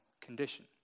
condition